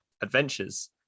adventures